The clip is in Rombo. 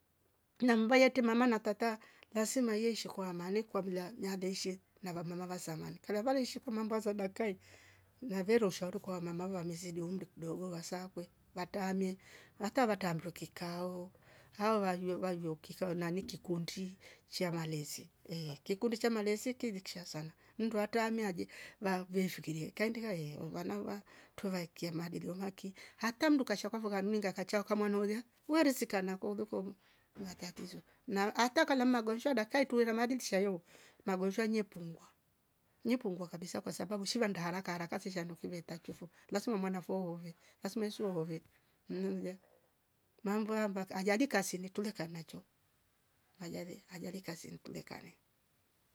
Namba yete mama na tata lazima yeisha kwa amaani kwa mla nabeishe na lamla lavasamani kila vale nshiku mambazo za dakke mwave orsha tuku kwa mama uwa mmezidi undung'dovo wasakwe watame wata varta mbreke kao hao walio walio kifa unani kikundi cha malezi ehh kikundi cha malezi kiliksha sana mndua atamia aje na vemfekirie kandiva ye vurwana va uwa tuvakye maadili onaki hata mndu kasha kwavo kanuinga katia kwamo nolia weresi sika nako kolulu matatizo. na atakala mmagonjwa daka itweve maadi ntishayo magonjwa nyepungua nyepungua kabisa kwasabu shiva ndaa haraka haraka sishandu kuverta tiofo lazima mwana fuo wuove lazima nsio wove nimgwe mambwa mbaka ajagida kasime tula karmecho ajaje ajali kasini tulikane